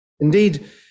Indeed